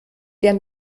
der